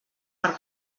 per